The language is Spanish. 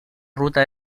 ruta